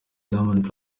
diamond